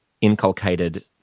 inculcated